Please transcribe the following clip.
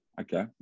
Okay